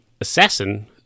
assassin